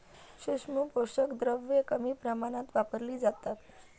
सूक्ष्म पोषक द्रव्ये कमी प्रमाणात वापरली जातात